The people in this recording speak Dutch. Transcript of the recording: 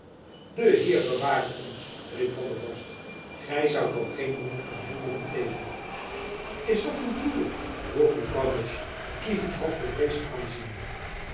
de heer beware ons riep van der horst gy zoudt toch geen moord aan hem willen plegen is dat uw bedoeling vroeg mevrouw musch kievit half bevreesd aanziende